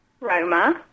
Roma